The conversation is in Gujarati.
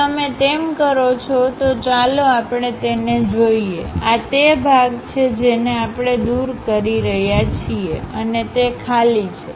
જો તમે તેમ કરો છો તો ચાલો આપણે તેને જોઈએઆ તે ભાગ છે જેને આપણે દૂર કરી રહ્યા છીએ અને તે ખાલી છે